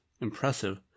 impressive